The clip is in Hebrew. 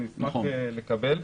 אשמח לקבל.